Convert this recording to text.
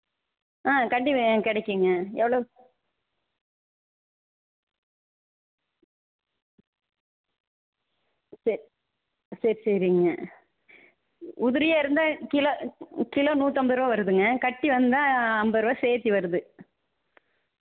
அதுக்கப்புறமா நம்ப ஸ்கேன் பண்ணுவோம்ங்க ஆர்த்தோ டாக்டர் இருப்பாங்க என்னா ஏதுன்னு இது பண்ணிவிட்டு அவங்கள்ட்ட ஒரு செக்கப் பண்ணிவிட்டு நம்ப ஸ்கேன் பண்ணிவிட்டு சப்போஸ் எதாவது ஃப்ராக்ச்சர் ஃப்ராக்ச்சர் மாதிரி இருக்காதுன்னு நினைக்கிறேன் லைட்டாக எதாவது க்ராக் மாதிரி இருந்துதுன்னா அவங்க இது பண்ணுவாங்க